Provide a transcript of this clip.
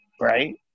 Right